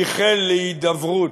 ייחל להידברות.